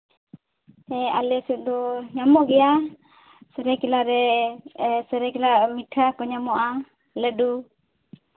ᱦᱮᱸ ᱟᱞᱮ ᱥᱮᱫ ᱫᱚ ᱧᱟᱢᱚᱜ ᱜᱮᱭᱟ ᱥᱟᱹᱨᱟᱹᱭᱠᱮᱞᱞᱟ ᱨᱮ ᱢᱚᱭᱴᱷᱟ ᱠᱚ ᱧᱟᱢᱚᱜᱼᱟ ᱞᱟᱹᱰᱩ